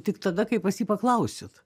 tik tada kai pas jį paklausit